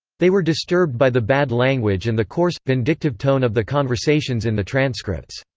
they were disturbed by the bad language and the coarse, vindictive tone of the conversations in the transcripts.